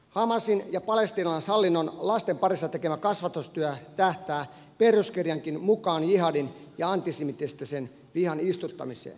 hamasin ja palestiinalaishallinnon lasten parissa tekemä kasvatustyö tähtää peruskirjankin mukaan jihadin ja antisemitistisen vihan istuttamiseen